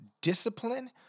Discipline